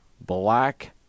black